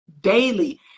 daily